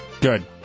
Good